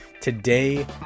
Today